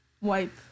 wipe